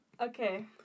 Okay